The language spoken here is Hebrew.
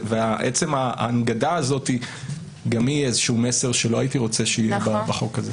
ועצם ההנגדה הזאת גם היא איזשהו מסר שלא הייתי רוצה שיהיה בחוק הזה.